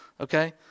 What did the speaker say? Okay